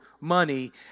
money